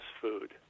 food